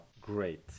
great